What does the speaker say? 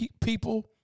people